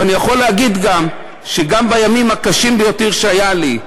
ואני יכול להגיד שגם בימים הקשים ביותר שהיו לי,